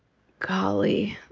golly.